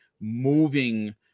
moving